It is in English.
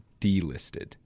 delisted